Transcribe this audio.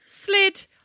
slid